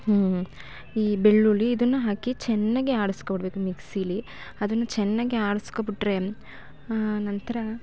ಹ್ಞೂ ಈ ಬೆಳ್ಳುಳ್ಳಿ ಇದನ್ನ ಹಾಕಿ ಚೆನ್ನಾಗಿ ಆಡಿಸ್ಕೊಬಿಡ್ಬೇಕು ಮಿಕ್ಸೀಲಿ ಅದನ್ನು ಚೆನ್ನಾಗಿ ಆಡಿಸ್ಕೊಬಿಟ್ರೆ ಆ ನಂತರ